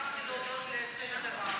שכחתי להודות לצוות הוועדה.